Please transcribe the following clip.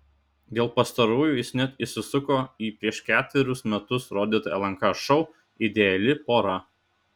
dėl pastarųjų jis net įsisuko į prieš ketverius metus rodytą lnk šou ideali pora